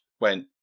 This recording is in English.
went